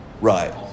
right